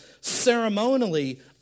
ceremonially